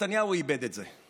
נתניהו איבד את זה.